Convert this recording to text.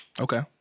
Okay